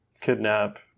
kidnap